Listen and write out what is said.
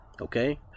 okay